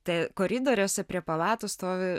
koridoriuose prie palatų stovi